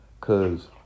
Cause